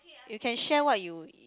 you can share what you